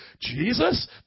jesus